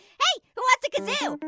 hey! who wants to kazoo?